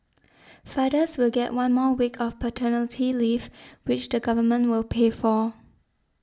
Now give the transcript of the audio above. fathers will get one more week of paternity leave which the Government will pay for